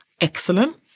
excellent